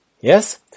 Yes